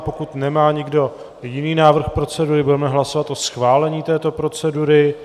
Pokud nemá nikdo jiný návrh procedury, budeme hlasovat o schválení této procedury.